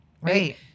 Right